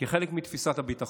כחלק מתפיסת הביטחון.